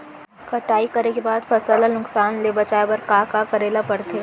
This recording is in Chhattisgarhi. कटाई करे के बाद फसल ल नुकसान ले बचाये बर का का करे ल पड़थे?